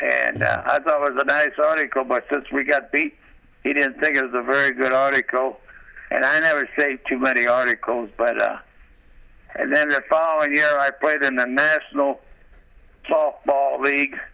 and i thought it was a nice article but since we got beat he didn't think it was a very good article and i never say too many articles but and then the following year i played in the national softball league